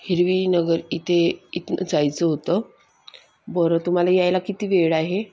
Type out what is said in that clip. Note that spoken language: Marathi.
हिरवीनगर इथे इथून जायचं होतं बरं तुम्हाला यायला किती वेळ आहे